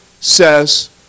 says